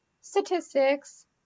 statistics